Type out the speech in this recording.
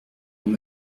dans